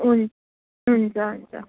हुन्छ हुन्छ हुन्छ